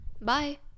Bye